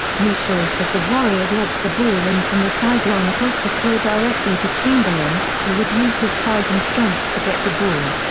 meschery said the warriors lobbed the ball in from the sideline across the floor directly to chamberlain, who would use his size and strength to get the ball.